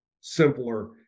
simpler